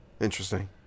Interesting